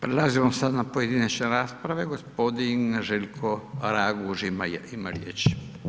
Prelazimo sad na pojedinačne rasprave gospodin Željko Raguž ima riječ.